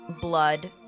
blood